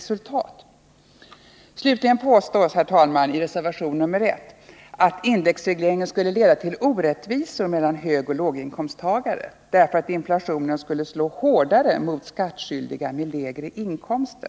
Slutligen påstår man, herr talman, i reservation 1 att indexregleringen skulle leda till orättvisor mellan högoch låginkomsttagare, därför att inflationen skulle slå hårdare mot skattskyldiga med lägre inkomster.